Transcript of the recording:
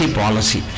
policy